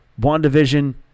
WandaVision